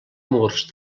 murs